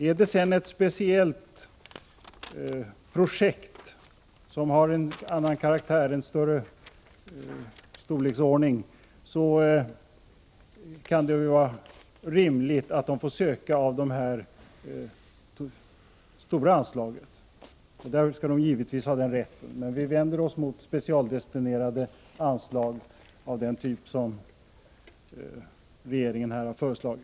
Om sedan ett speciellt projekt har en annan karaktär, en högre storleksordning, kan det vara rimligt att man för det får söka medel från det stora anslaget. Vi vänder oss dock mot specialdestinerade anslag av den typ som regeringen här har föreslagit.